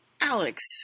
Alex